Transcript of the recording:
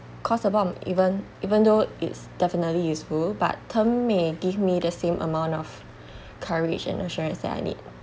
costs a bomb even even though it's definitely useful but term may give me the same amount of coverage and assurance that I need